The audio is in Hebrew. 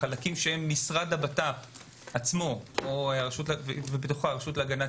החלקים של משרד הבט"פ עצמו בתוך הרשות להגנת